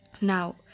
Now